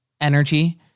energy